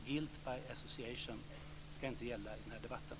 Guilt by association ska inte gälla i den här debatten.